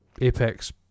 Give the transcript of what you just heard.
apex